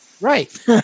Right